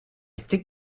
think